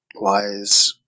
wise